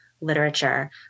literature